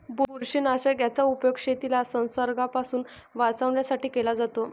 बुरशीनाशक याचा उपयोग शेतीला संसर्गापासून वाचवण्यासाठी केला जातो